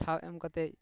ᱴᱷᱟᱶ ᱮᱢ ᱠᱟᱛᱮ